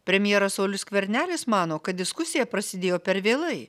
premjeras saulius skvernelis mano kad diskusija prasidėjo per vėlai